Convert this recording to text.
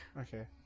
Okay